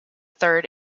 third